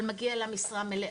אבל מגיע לה משרה מלאה.